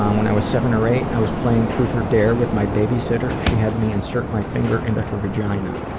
um when i was seven or eight, i was playing truth or dare with my babysitter. she had me insert my finger into and her vagina.